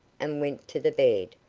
and went to the bed,